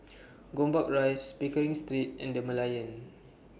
Gombak Rise Pickering Street and The Merlion